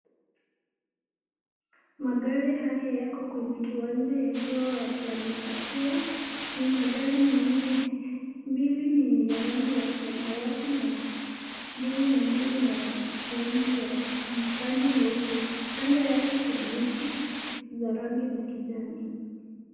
Magari haya yako kwenye kiwanja yakiwa yamepakiwa. Ni magari manne, mbili ni ya rangi ya samawati na mbili mengine ni ya rangi nyeupe. Kando yake kuna miti za rangi za kijani.